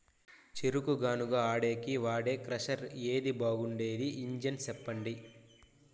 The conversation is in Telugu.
చెరుకు గానుగ ఆడేకి వాడే క్రషర్ ఏది బాగుండేది ఇంజను చెప్పండి?